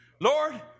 Lord